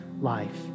life